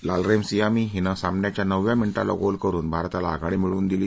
लालरेमसियामी हिनं सामन्याच्या नवव्या मिनिटाला गोल करुन भारताला आघाडी मिळवून दिली